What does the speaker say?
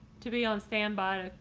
to be on standby,